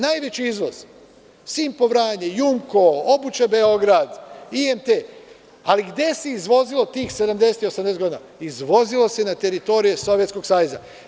Najveći izvoz, „Simpo“ Vranje, „Jumko“, „Obuća Beograd“, IMT, ali gde se izvozilo tih 70, 80 godina, izvozilo se na teritorije Sovjetskog saveza.